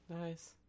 Nice